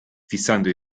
fissando